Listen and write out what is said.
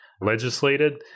legislated